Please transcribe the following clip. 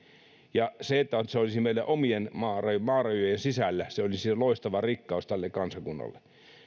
se olisi meidän omien maarajojen maarajojen sisällä mikä olisi loistava rikkaus tälle kansakunnalle